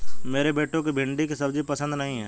मेरे बेटे को भिंडी की सब्जी पसंद नहीं है